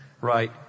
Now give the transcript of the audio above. right